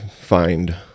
find